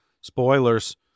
Spoilers